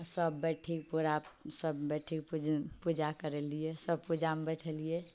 आ सभ बैठि कऽ पूरा सभ बैठि कऽ पू पूजा करेलियै सभपूजामे बैठेलियै